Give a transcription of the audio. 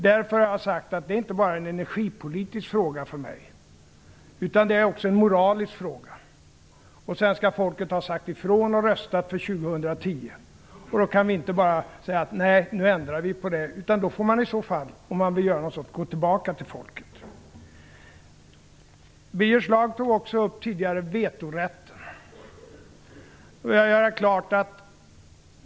Därför är detta inte bara en energipolitisk fråga för mig. Det är också en moralisk fråga. Svenska folket har sagt ifrån genom att rösta för en avveckling 2010, och då kan vi inte bara ändra på det. Vill man göra något sådant får man gå tillbaka till folket. Birger Schlaug tog också tidigare upp vetorätten.